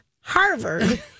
Harvard